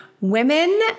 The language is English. Women